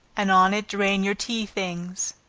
and on it drain your tea things.